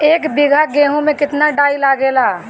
एक बीगहा गेहूं में केतना डाई लागेला?